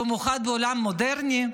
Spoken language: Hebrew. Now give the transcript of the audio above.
במיוחד בעולם מודרני.